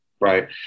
right